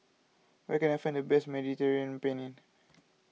where can I find the best Mediterranean Penne